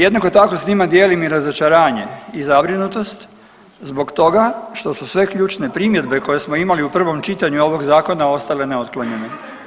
Jednako tako s njima dijelim i razočaranje i zabrinutost zbog toga što su sve ključne primjedbe koje smo imali u prvom čitanju ovog zakona ostale neotklonjene.